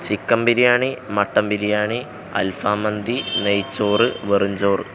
chicken biryani mutton biryani അൽഫാം മന്തി നെയ്ച്ചോറ് വെറും ചോറ്